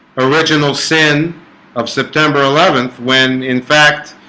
original sin of september eleventh when in fact